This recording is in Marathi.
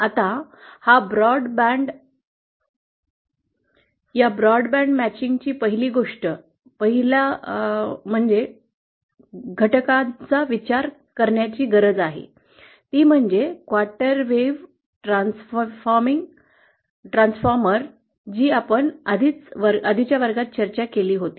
आता हा ब्रॉडबँड जुळवणारी पहिली गोष्ट पहिल्या घटकाचा विचार करण्याची गरज आहे ती म्हणजे क्वार्टर वेव्ह ट्रान्सफॉर्मिंग जी आपण आधीच्या वर्गात चर्चा केली होती